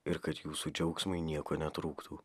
ir kad jūsų džiaugsmui nieko netrūktų